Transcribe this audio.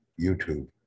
YouTube